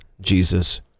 Jesus